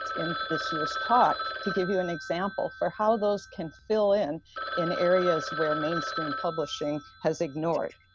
in this year's talk to give you an example for how those can fill in in areas, where mainstream publishing has ignored.